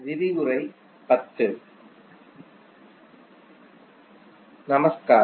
நமஸ்கார்